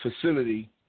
facility